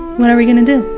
what are we gonna do?